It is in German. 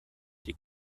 die